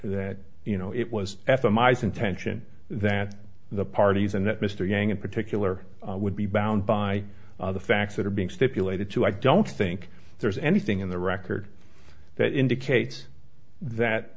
you know it was f m i's intention that the parties and that mr yang in particular would be bound by the facts that are being stipulated to i don't think there's anything in the record that indicates that